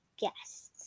guests